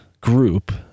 group